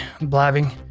blabbing